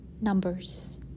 Numbers